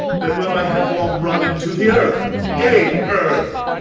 then will i headlong run into the earth gape, earth!